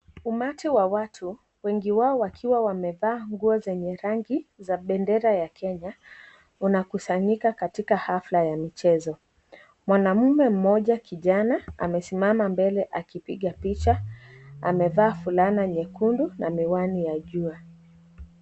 Umati wa watu, wengi wao wakiwa wamevaa nguo zenye rangi ya bendera ya Kenya, wanakusanyika katika haflaya michezo. Mwanamume mmoja kijana amesimama mbele akipiga picha. Amevaa fulana nyekundu na miwani ya jua.